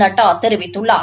நட்டா தெரிவித்துள்ளார்